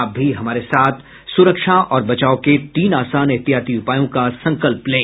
आप भी हमारे साथ सुरक्षा और बचाव के तीन आसान एहतियाती उपायों का संकल्प लें